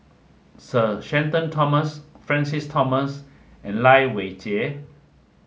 sir Shenton Thomas Francis Thomas and Lai Weijie